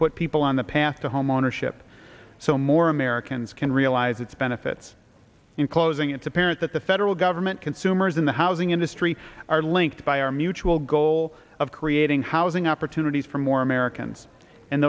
put people on the path to homeownership so more americans can realize its benefits in closing it's apparent that the federal government consumers in the housing industry are linked by our mutual goal of creating housing opportunities for more americans and